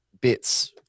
bits